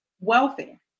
welfare